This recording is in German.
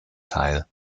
teil